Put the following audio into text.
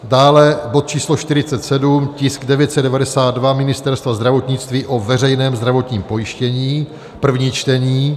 Dále bod č. 47, tisk 992 Ministerstva zdravotnictví o veřejném zdravotním pojištění, první čtení.